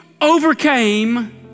overcame